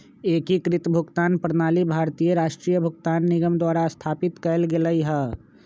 एकीकृत भुगतान प्रणाली भारतीय राष्ट्रीय भुगतान निगम द्वारा स्थापित कएल गेलइ ह